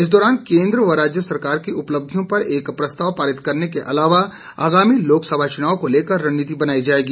इस दौरान केंद्र व राज्य सरकार की उपलब्धियों पर एक प्रस्ताव पारित करने के अलावा आगामी लोकसभा चुनाव को लेकर रणनीति बनाई जाएगी